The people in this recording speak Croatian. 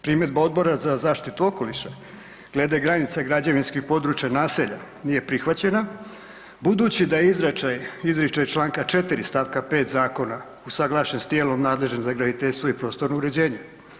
Primjedba Odbora za zaštitu okoliša glede granica građevinskih područja naselja nije prihvaćena budući da je izričaj čl. 4. st. 5. zakona usuglašen s tijelom nadležnim za graditeljstvo i prostorno uređenje.